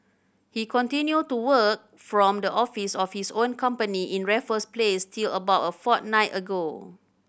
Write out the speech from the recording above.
he continued to work from the office of his own company in Raffles Place till about a fortnight ago